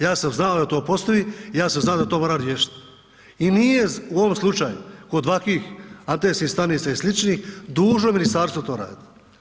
Ja sam znao da to postoji i ja sam znao da to moram riješiti i nije u ovom slučaju kod ovakvih antenskih stanica i sličnih dužno ministarstvo to raditi.